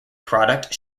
product